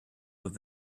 with